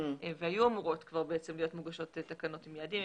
כבר היו אמורות להיות מוגשות תקנות עם יעדים,